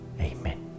Amen